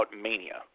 mania